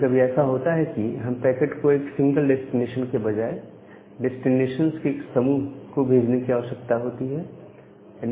कभी कभी ऐसा होता है कि हमें पैकेट को एक सिंगल डेस्टिनेशन के बजाय डेस्टिनेशंस के एक समूह को भेजने की आवश्यकता होती है पुलिस चौक